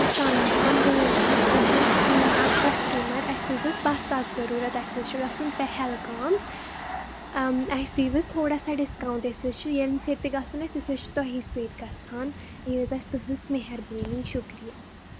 اَسَلامُ علیکُم بہٕ حظ چھَس تٕہٕنٛز پرٛٲنۍ اَکھ کَسٹمَر اَسہِ حظ ٲسۍ بَس اَکھ ضوٚروٗرت اَسہِ حظ چھُ گژھُن پہلگام اَسہِ دِیِو حظ تھوڑا سا ڈِسکاوُنٛٹ أسۍ حظ چھِ ییٚمہِ پھِرِ تہِ گژھُن آسہِ أسۍ حظ چھِ تۄہی سۭتۍ گژھان یہِ حظ آسہِ تٕہٕنٛز مہربٲنی شُکریہ